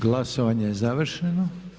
Glasovanje je završeno.